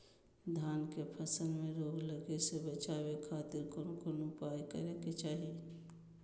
धान के फसल में रोग लगे से बचावे खातिर कौन उपाय करे के चाही?